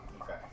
okay